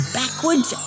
backwards